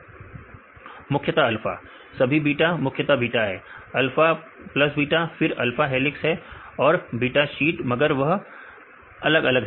विद्यार्थी मुख्यतः अल्फा मुख्यतः अल्फा सभी बीटा मुख्यतः बीटा है अल्फा प्लस बीटा फिर अल्फा हेलिक्स है और बीटा सीट मगर वह अलग अलग है